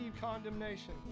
condemnation